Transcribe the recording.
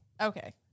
Okay